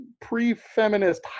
pre-feminist